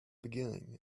beginning